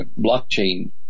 blockchain